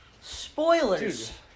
Spoilers